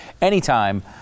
anytime